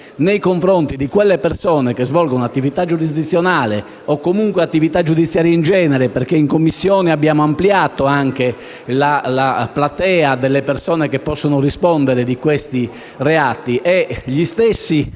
si tratta di persone che svolgono un'attività giurisdizionale o comunque attività giudiziarie in genere, dato che in Commissione abbiamo ampliato la platea delle persone che possono rispondere di questi reati,